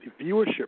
viewership